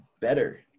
better